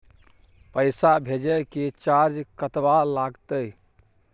पैसा भेजय के चार्ज कतबा लागते?